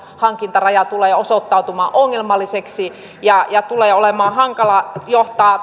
hankintaraja tulee osoittautumaan ongelmalliseksi ja ja tulee olemaan hankala johtamaan